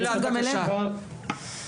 גלעד בבקשה.